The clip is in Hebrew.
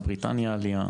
בריטניה עלייה.